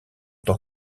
tant